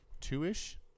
two-ish